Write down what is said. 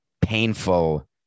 painful